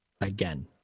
again